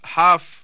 half